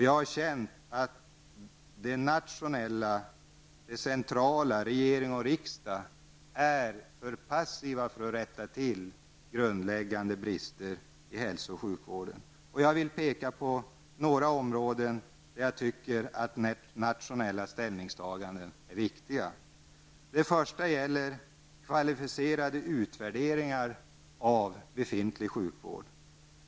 Jag har känt att regering och riksdag är för passiva när det gäller att rätta till grundläggande brister i hälso och sjukvården. Jag vill ta upp några områden, där jag tycker att nationella ställningstaganden är viktiga. Det första området gäller kvalificerade utvärderingar av befintlig sjukvård.